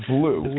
Blue